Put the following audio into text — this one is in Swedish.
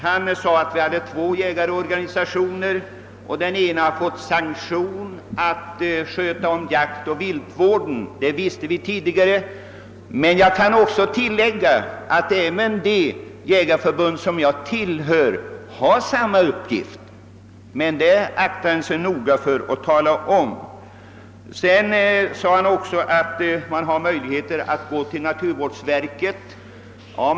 Han sade att vi har två jägarorganisationer och att den ena av dessa har fått sanktion att sköta jaktoch viltvården. Det visste vi tidigare. Jag kan tillägga att också det jägarförbund som jag tillhör har samma uppgift, men herr Persson aktade sig nog för att tala om den saken. Han sade vidare att man kan vända sig till naturvårdsverket i den här frågan.